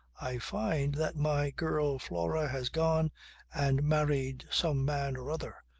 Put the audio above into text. i find that my girl flora has gone and married some man or other,